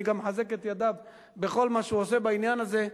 אני גם מחזק את ידיו בכל מה שהוא עושה בעניין הזה.